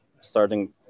starting